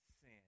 sin